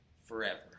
forever